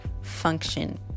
function